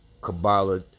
kabbalah